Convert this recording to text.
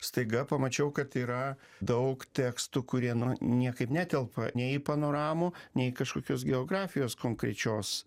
staiga pamačiau kad yra daug tekstų kurie nu niekaip netelpa nei panoramų nei kažkokios geografijos konkrečios